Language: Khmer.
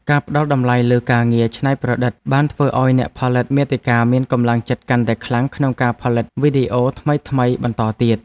ការផ្ដល់តម្លៃលើការងារច្នៃប្រឌិតបានធ្វើឱ្យអ្នកផលិតមាតិកាមានកម្លាំងចិត្តកាន់តែខ្លាំងក្នុងការផលិតវីដេអូថ្មីៗបន្តទៀត។